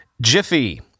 Jiffy